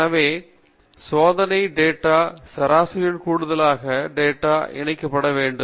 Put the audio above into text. எனவே சோதனை டேட்டா முக்கியத்துவம் சராசரியுடன் கூடுதலாக டேட்டா வேறுபாடு இணைக்கப்பட வேண்டும்